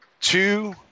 two